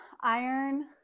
iron